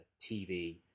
TV